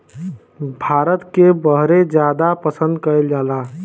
भारत के बहरे जादा पसंद कएल जाला